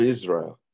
Israel